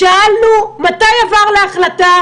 שאלנו מתי הועבר להחלטה,